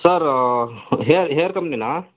sir ಹೇರ್ ಹೇರ್ ಕಂಪ್ನಿನಾ